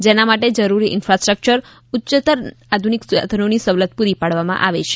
જેના માટે જરૂરી ઇન્ફાસ્ટક્ચર ઉચ્યતમ આધુનિક સાધનોની સવલત પુરી પાડવામાં આવે છે